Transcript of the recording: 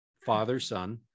father-son